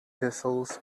thistles